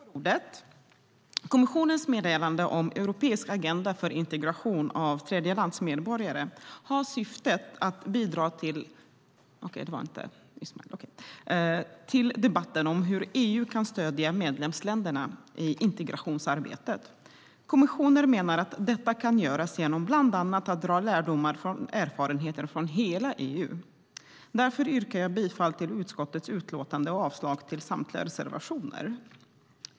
Herr talman! Kommissionens meddelande om en europeisk agenda för integration av tredjelandsmedborgare har till syfte att bidra till debatten om hur EU kan stödja medlemsländerna i integrationsarbetet. Kommissionen menar att det kan göras genom att bland annat dra lärdomar av erfarenheter från hela EU. Därför yrkar jag bifall till utskottets förslag i utlåtandet och avslag på reservationerna.